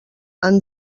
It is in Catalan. han